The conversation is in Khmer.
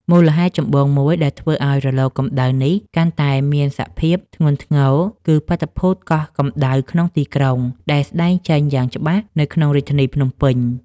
មូលហេតុចម្បងមួយដែលធ្វើឱ្យរលកកម្ដៅនេះកាន់តែមានសភាពធ្ងន់ធ្ងរ គឺបាតុភូតកោះកម្ដៅក្នុងទីក្រុង ដែលស្តែងចេញយ៉ាងច្បាស់នៅក្នុងរាជធានីភ្នំពេញ។